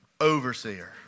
overseer